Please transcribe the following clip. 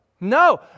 No